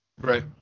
Right